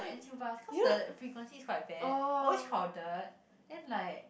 the N_T_U bus cause the frequency is quite bad always crowded then like